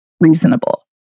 reasonable